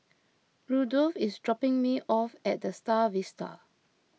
Rudolf is dropping me off at the Star Vista